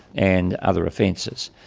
and other offences.